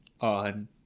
on